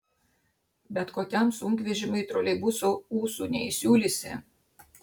bet kokiam sunkvežimiui troleibuso ūsų neįsiūlysi